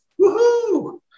Woohoo